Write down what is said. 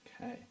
Okay